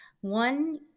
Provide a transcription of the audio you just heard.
One